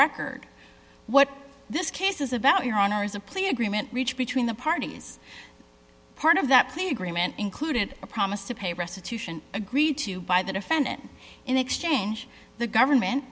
record what this case is about your honor is a plea agreement reached between the parties part of that plea agreement included a promise to pay restitution agreed to by the defendant in exchange the government